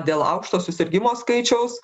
dėl aukšto susirgimo skaičiaus